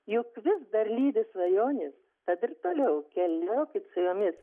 juk vis dar lydi svajonės tad ir toliau keliaukit su jomis